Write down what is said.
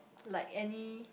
like any